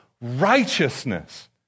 righteousness